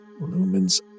Lumen's